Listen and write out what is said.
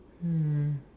mm